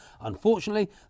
Unfortunately